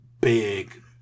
big